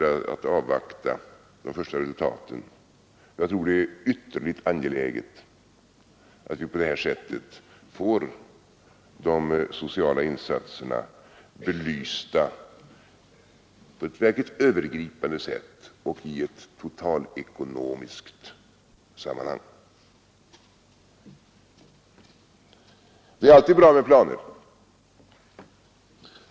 Jag tror det är ytterligt angeläget att vi på det här sättet får de sociala insatserna belysta på ett verkligt övergripande sätt och i ett totalekonomiskt sammanhang. Det är alltid bra med planer.